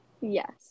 yes